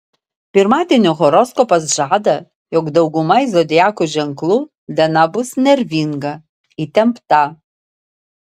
pirmadienio horoskopas žada jog daugumai zodiakų ženklų diena bus nervinga įtempta